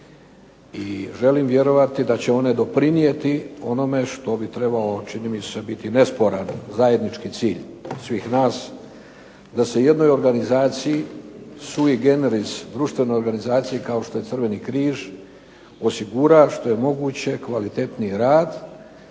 i želim vjerovati da će one doprinijeti onome što bi trebalo čini mi se biti nesporan zajednički cilj svih nas, da se jednoj organizaciji sui generis društvenoj organizaciji kao što je Crveni križ osigura što je moguće kvalitetniji rad